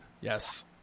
Yes